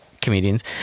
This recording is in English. comedians